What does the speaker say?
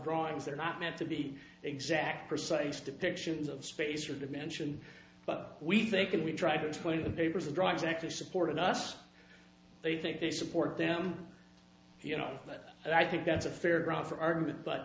drawings they're not meant to be exact precise depictions of space or dimension but we think if we try to put in the papers the drugs actually supported us they think they support them you know and i think that's a fair grounds for argument but